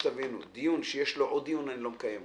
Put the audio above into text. דיון שיש לו עוד דיון אני לא מקיים אותו.